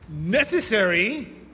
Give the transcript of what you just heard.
necessary